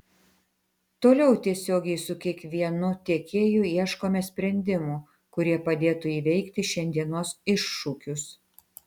toliau tiesiogiai su kiekvienu tiekėju ieškome sprendimų kurie padėtų įveikti šiandienos iššūkius